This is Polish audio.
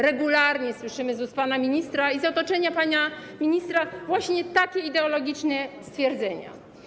Regularnie słyszymy z ust pana ministra i ze strony otoczenia pana ministra właśnie takie ideologiczne stwierdzenia.